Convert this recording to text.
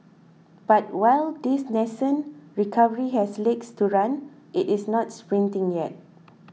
but while this nascent recovery has legs to run it is not sprinting yet